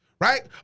Right